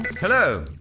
Hello